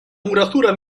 muratura